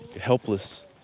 helpless